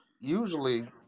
Usually